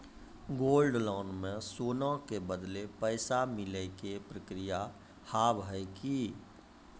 Gold loan मे सोना के बदले पैसा मिले के प्रक्रिया हाव है की?